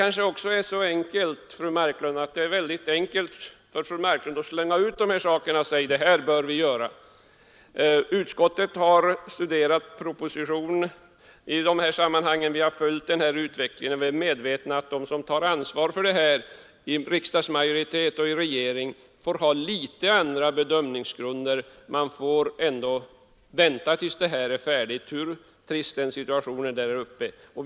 Det är enkelt för fru Marklund att slänga ur sig att vi bör göra som hon föreslår. Men utskottet har studerat frågan i dessa sammanhang och följt utvecklingen. De som tar ansvar för detta i riksdagsmajoritet och regering får ha andra bedömningsgrunder. Vi får lov att vänta tills utredningarna är färdiga, hur trist situationen där uppe än är.